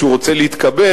כשהוא רוצה להתקבל,